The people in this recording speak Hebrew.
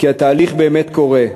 כי התהליך באמת קורה.